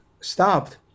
stopped